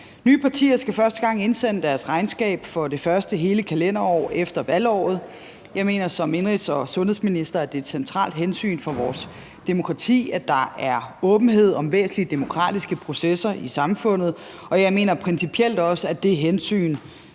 Nye partier skal første gang indsende deres regnskab for det første hele kalenderår efter valgåret. Jeg mener som indenrigs- og sundhedsminister, at det er et centralt hensyn for vores demokrati, at der er åbenhed om væsentlige demokratiske processer i samfundet, og jeg mener principielt også, at det hensyn